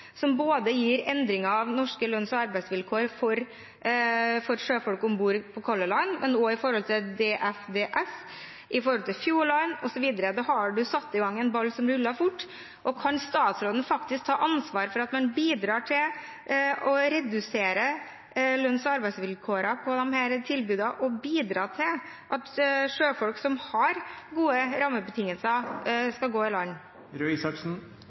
som ikke bare gir endring av norske lønns- og arbeidsvilkår for sjøfolk om bord i skipene til Color Line, men som også gir endringer for DFDS, Fjord Line, osv. Da har man satt i gang en ball som ruller fort. Kan statsråden ta ansvar for at man bidrar til å forverre lønns- og arbeidsvilkårene på disse skipene, og slik bidrar til at sjøfolk som har gode rammebetingelser, skal gå i land?